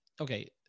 okay